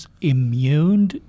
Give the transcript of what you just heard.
immune